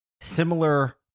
similar